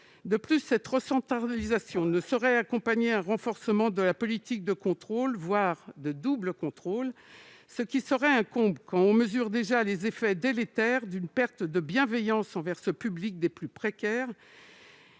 ailleurs, cette recentralisation ne saurait accompagner un renforcement de la politique de contrôle, voire de double contrôle : ce serait un comble alors que l'on mesure déjà les effets délétères d'une perte de bienveillance envers ce public des plus précaires,